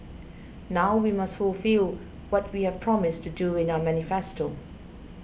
now we must fulfil what we have promised to do in our manifesto